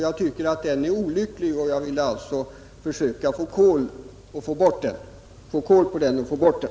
Jag tycker att den är olycklig och vill alltså försöka ta kål på den.